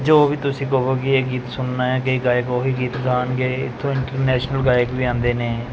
ਜੋ ਵੀ ਤੁਸੀਂ ਕਹੋਗੇ ਇਹ ਗੀਤ ਸੁਣਨਾ ਕਿ ਗਾਇਕ ਉਹੀ ਗੀਤ ਗਾਉਣਗੇ ਇੱਥੋਂ ਇੰਟਰਨੈਸ਼ਨਲ ਗਾਇਕ ਵੀ ਆਉਂਦੇ ਨੇ